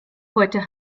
heute